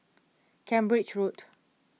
Cambridge Road